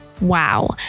wow